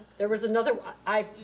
there was another one.